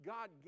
God